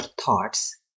thoughts